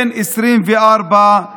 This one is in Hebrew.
בן 24,